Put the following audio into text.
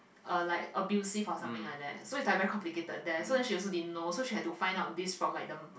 uh like abusive or something like that so is like very complicated there so then she also didn't know so she has to find out this like from the